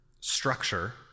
structure